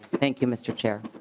thank you mr. chair.